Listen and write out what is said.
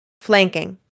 flanking